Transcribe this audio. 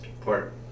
port